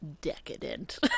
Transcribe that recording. decadent